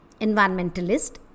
environmentalist